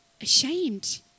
ashamed